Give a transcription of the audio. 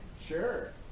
sure